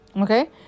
okay